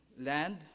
land